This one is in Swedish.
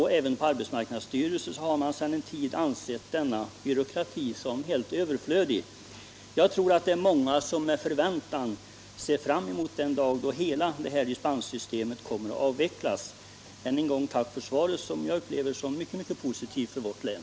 Även på arbetsmarknadsstyrelsen har man sedan en tid ansett denna byråkrati helt överflödig. Jag tror det är många som med förväntan ser fram emot den dag då hela detta dispenssystem kommer att avvecklas. Än en gång tack för svaret, som jag upplever som mycket positivt för vårt län.